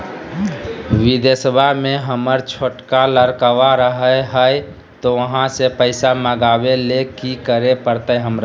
बिदेशवा में हमर छोटका लडकवा रहे हय तो वहाँ से पैसा मगाबे ले कि करे परते हमरा?